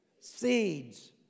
seeds